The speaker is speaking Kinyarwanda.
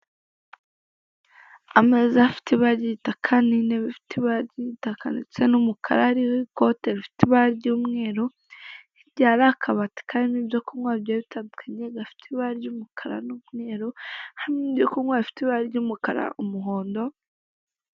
mUuguzi n'umucuruzi bahurira bakaganira ku bijyanye n'ibicuruzwa bigiye bitandukanye, umuguzi akagabanyirixwa agera kuri mirongo itatu ku ijana, bakaba babimugezaho ku buntu ndetse bikaba byizewe.